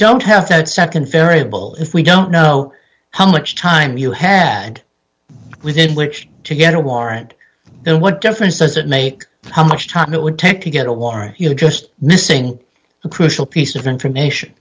don't have to nd variable if we don't know how much time you had within which to get a warrant what difference does it make how much time it would take to get a warrant you know just missing a crucial piece of information